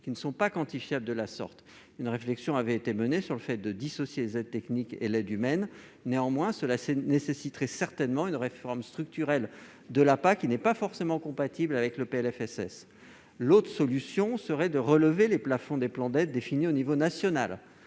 qui ne sont pas quantifiables de la sorte. Une réflexion avait été menée sur le fait de dissocier les aides techniques et l'aide humaine. Mais cela nécessiterait certainement une réforme structurelle de l'APA, qui n'est pas forcément compatible avec le projet de loi de financement de la sécurité sociale. L'autre solution serait de relever les plafonds des plans d'aide définis à l'échelon national.